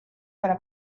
para